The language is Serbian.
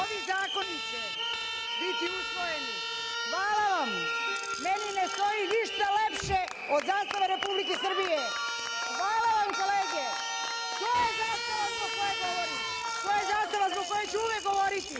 ovi zakoni će biti usvojeni. Hvala vam, meni ne stoji ništa lepše od zastave Republike Srbije. Hvala vam kolege, to je zastava zbog koje govorim i to je zastava zbog koje ću uvek govoriti.